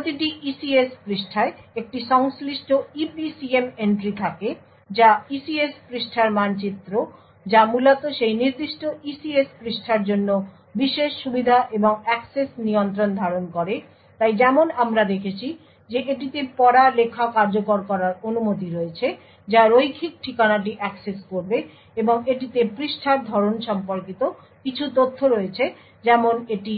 প্রতিটি ECS পৃষ্ঠায় একটি সংশ্লিষ্ট EPCM এন্ট্রি থাকে যা ECS পৃষ্ঠার মানচিত্র যা মূলত সেই নির্দিষ্ট ECS পৃষ্ঠার জন্য বিশেষ সুবিধা এবং অ্যাক্সেস নিয়ন্ত্রণ ধারণ করে তাই যেমন আমরা দেখেছি যে এটিতে পড়া লেখা কার্যকর করার অনুমতি রয়েছে যা রৈখিক ঠিকানাটি অ্যাক্সেস করবে এবং এটিতে পৃষ্ঠার ধরন সম্পর্কিত কিছু তথ্য রয়েছে যেমন এটি